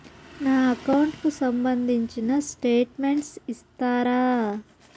నా అకౌంట్ కు సంబంధించిన స్టేట్మెంట్స్ ఇస్తారా